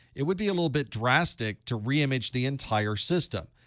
it would be a little bit drastic to reemerge the entire system.